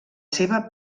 seva